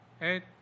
Eight